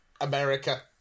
America